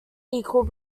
equal